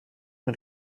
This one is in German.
mit